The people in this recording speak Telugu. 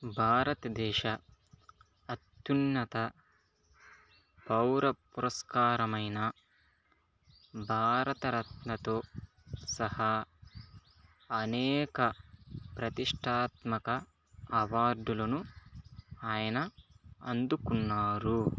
భారతదేశ అత్యున్నత పౌర పురస్కారమైన భారతరత్నతో సహా అనేక ప్రతిష్టాత్మక అవార్డులను ఆయన అందుకున్నారు